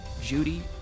Judy